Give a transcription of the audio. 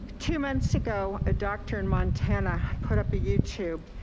two months ago, a doctor in montana, put up ah youtube.